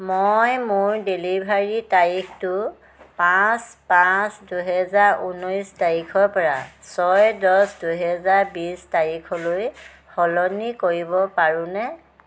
মই মোৰ ডেলিভাৰীৰ তাৰিখটো পাঁচ পাঁচ দুহেজাৰ ঊনৈছ তাৰিখৰপৰা ছয় দহ দুহেজাৰ বিছ তাৰিখলৈ সলনি কৰিব পাৰোঁনে